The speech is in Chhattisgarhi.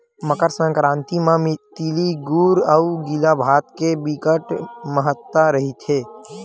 मकर संकरांति म तिली गुर अउ गिला भात के बिकट महत्ता रहिथे